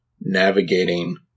navigating